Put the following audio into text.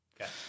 Okay